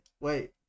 Wait